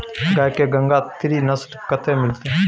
गाय के गंगातीरी नस्ल कतय मिलतै?